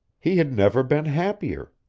he had never been happier.